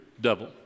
devil